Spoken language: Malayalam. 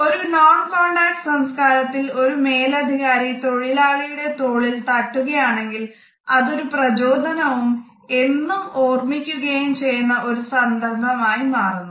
ഒരു നോൺ കോൺടാക്ട് സംസ്കാരത്തിൽ ഒരു മേലധികാരി തൊഴിലാളിയുടെ തോളിൽ തട്ടുകയാണെങ്കിൽ അത് ഒരു പ്രചോദനവും എന്നും ഓർമിക്കുകയും ചെയ്യുന്ന ഒരു സന്ദർഭം ആയി മാറുന്നു